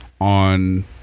on